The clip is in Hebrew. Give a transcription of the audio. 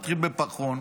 מתחיל בפחון,